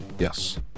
Yes